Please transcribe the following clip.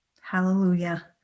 Hallelujah